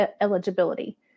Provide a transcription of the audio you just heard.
eligibility